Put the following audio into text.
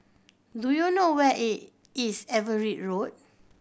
do you know where is Everitt Road